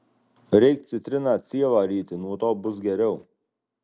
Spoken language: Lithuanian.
reik citriną cielą ryti nuo to bus geriau